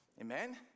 Amen